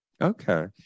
Okay